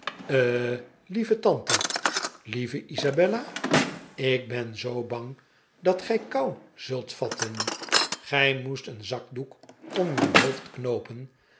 eh lieve tante lieve isabella ik ben zoo bang dat gij kou zult vatten gij moest een zakdoek om uw hoofd knoopen